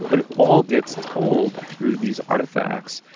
but it all gets told through these artifacts.